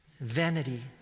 vanity